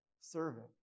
servant